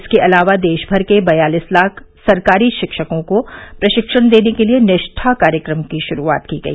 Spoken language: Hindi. इसके अलावा देशभर के बयालीस लाख सरकारी शिक्षकों को प्रशिक्षण देने के लिए निष्ठा कार्यक्रम की शुरुआत की गई